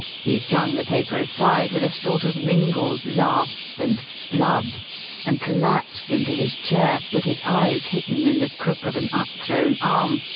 he flung the paper aside with a sort of mingled laugh and blub and collapsed into his chair with his eyes hidden in the crook of an upthrown arm,